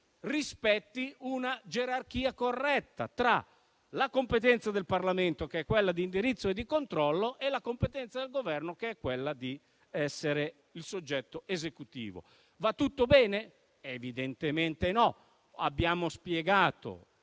rispetti una gerarchia corretta tra la competenza del Parlamento, che è quella di indirizzo e di controllo, e la competenza del Governo, che è quella di essere il soggetto esecutivo. Va tutto bene? Evidentemente no. Abbiamo spiegato,